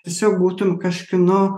tiesiog būtum kažkieno